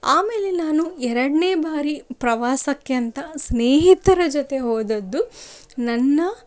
ಆಮೇಲೆ ನಾನು ಎರಡನೇ ಬಾರಿ ಪ್ರವಾಸಕ್ಕೆ ಅಂತ ಸ್ನೇಹಿತರ ಜೊತೆ ಹೋದದ್ದು ನನ್ನ